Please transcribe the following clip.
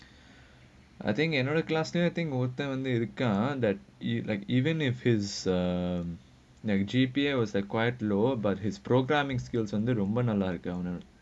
I think another class near ஒருத்தன் இருக்கான்:oruthan irukkaan that you like even if it's uh like G_P_A was a quiet low but his programming skills வந்து ரொம்பே நல்லா இருக்கு:vanthu rombe nallaa irukku